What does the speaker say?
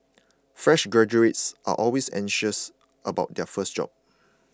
fresh graduates are always anxious about their first job